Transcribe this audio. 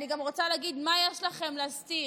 אני גם רוצה להגיד, מה יש לכם להסתיר?